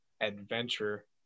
adventure